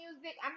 music